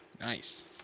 Nice